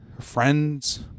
friends